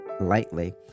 lightly